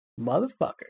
motherfucker